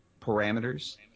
parameters